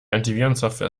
antivirensoftware